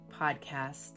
podcast